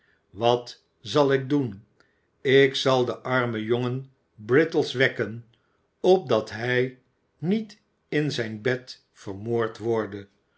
wat zal ik doen ik zal den armen jongen brittles wekken opdat hij niet in zijn bed vermoord worde